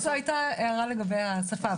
זו הייתה הערה לגבי השפה.